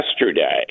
yesterday